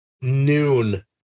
noon –